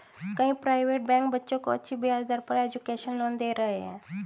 कई private bank बच्चों को अच्छी ब्याज दर पर एजुकेशन लोन दे रहे है